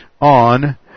on